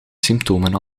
symptomen